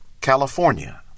California